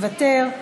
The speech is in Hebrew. מוותר,